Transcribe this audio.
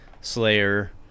Slayer